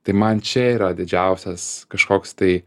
tai man čia yra didžiausias kažkoks tai